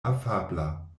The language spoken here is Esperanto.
afabla